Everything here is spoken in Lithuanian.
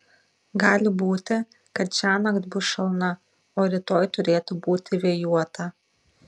gali būti kad šiąnakt bus šalna o rytoj turėtų būti vėjuota